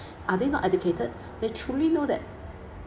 are they not educated they truly know that